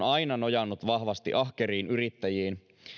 aina nojanneet vahvasti ahkeriin yrittäjiin